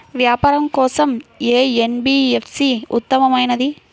వ్యాపారం కోసం ఏ ఎన్.బీ.ఎఫ్.సి ఉత్తమమైనది?